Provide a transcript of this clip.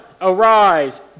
Arise